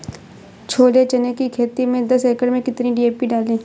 छोले चने की खेती में दस एकड़ में कितनी डी.पी डालें?